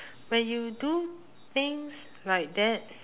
when you do things like that